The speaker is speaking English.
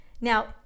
Now